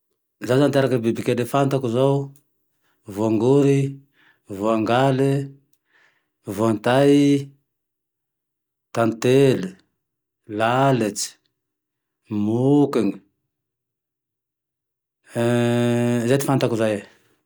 Zaho zao ty anaky bibikely fantako zao voagory, voangaly, voantay, tantely, lalitse, moky, zay ty fantako zay